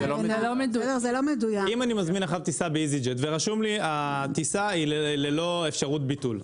אם אני מזמין טיסה באיזיג'ט ורשום לי שהטיסה היא ללא אפשרות ביטול,